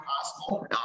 possible